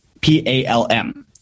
P-A-L-M